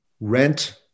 rent